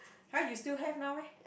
!huh! you still have now meh